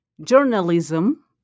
journalism